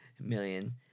million